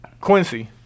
Quincy